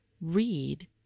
read